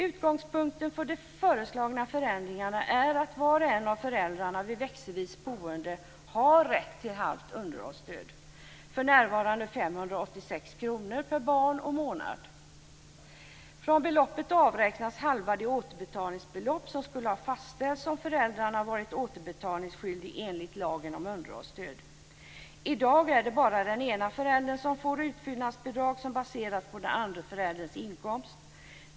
Utgångspunkten för de föreslagna förändringarna är att var och en av föräldrarna vid växelvis boende har rätt till halvt underhållsstöd, för närvarande 586 kr per barn och månad. Från beloppet avräknas halva det återbetalningsbelopp som skulle ha fastställts om föräldern varit återbetalningsskyldig enligt lagen om underhållsstöd. I dag är det bara den ena föräldern som får utfyllnadsbidrag som baseras på den andre förälderns inkomst.